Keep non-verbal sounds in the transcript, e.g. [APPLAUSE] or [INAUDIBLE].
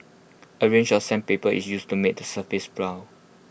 A range of sandpaper is used to make the surface [UNINTELLIGIBLE]